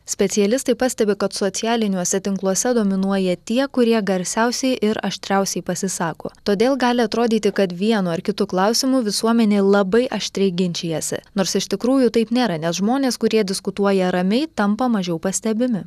specialistai pastebi kad socialiniuose tinkluose dominuoja tie kurie garsiausiai ir aštriausiai pasisako todėl gali atrodyti kad vienu ar kitu klausimu visuomenė labai aštriai ginčijasi nors iš tikrųjų taip nėra nes žmonės kurie diskutuoja ramiai tampa mažiau pastebimi